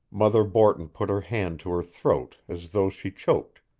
mother borton put her hand to her throat as though she choked,